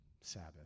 Sabbath